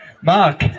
Mark